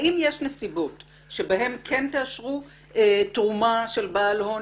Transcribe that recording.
האם יש נסיבות שבהן כן תאשרו תרומה של בעל הון